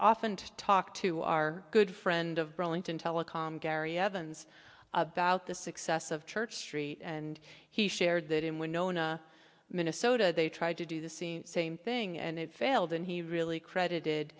often to talk to our good friend of burlington telecom gary evans about the success of church street and he shared that in when knowna minnesota they tried to do the scene same thing and it failed and he really credited